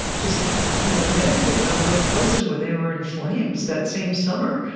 just you know meditating on both places when they were in flames that same summer.